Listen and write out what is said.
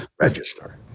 register